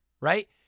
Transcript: right